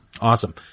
Awesome